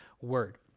word